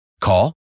Call